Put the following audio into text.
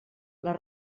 les